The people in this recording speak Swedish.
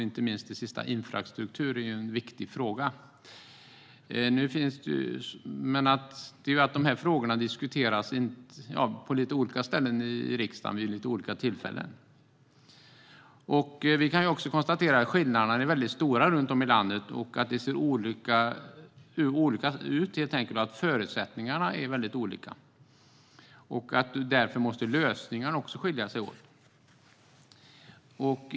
Inte minst det sista är en viktig fråga. Frågorna diskuteras på lite olika ställen i riksdagen vid lite olika tillfällen. Vi kan också konstatera att skillnaderna är stora runt om i landet. Det ser helt enkelt olika ut, och förutsättningarna är olika. Därför måste också lösningarna skilja sig åt.